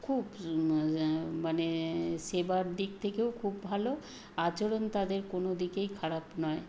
খুব মানে মানে সেবার দিক থেকেও খুব ভালো আচরণ তাদের কোনো দিকেই খারাপ নয়